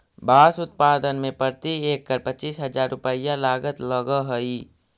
बाँस उत्पादन में प्रति एकड़ पच्चीस हजार रुपया लागत लगऽ हइ